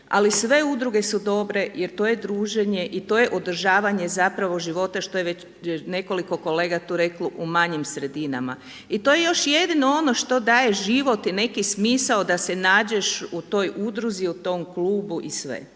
ali sve udruge su dobre jer to je druženje i to je održavanje zapravo života što je već nekoliko kolega to reklo u manjim sredinama. I to je još jedino ono što daje život i neki smisao da se nađeš u toj udruzi, u tom klubu i sve.